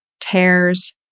tears